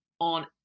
on